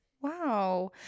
wow